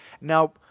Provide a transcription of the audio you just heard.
Now